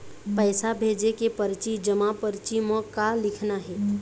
पैसा भेजे के परची जमा परची म का लिखना हे?